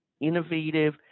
innovative